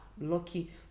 lucky